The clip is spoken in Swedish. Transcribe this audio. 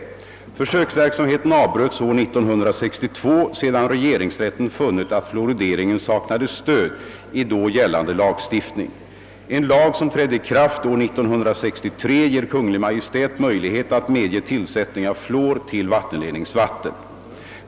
Försöksverksamheten avbröts år 1962 sedan regeringsrätten funnit att fluorideringen saknade stöd i då gällande lagstiftning. En lag som trädde i kraft år 1963 ger Kungl. Maj:t möjlighet att medge tillsättning av fluor till vattenledningsvatten.